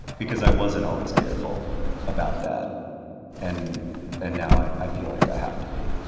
because i wasn't always careful about that and and now i i feel like i have to be